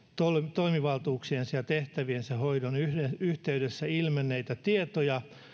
toimivaltuuksiensa ja tehtäviensä hoidon yhteydessä ilmenneitä tietoja